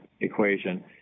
equation